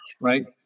right